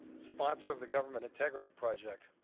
sponsor of the government integrity project.